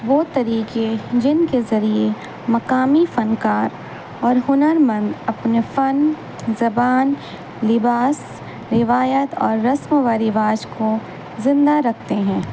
وہ طرییکے جن کے ذریعے مقامی فنکار اور ہنر مند اپنے فن زبان لباس روایت اور رسم و و رواج کو زندہ رکھتے ہیں